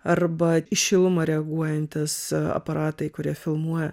arba į šilumą reaguojantys aparatai kurie filmuoja